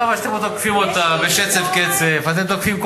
לא, אבל אתם תוקפים אותם בשצף קצף, יש לי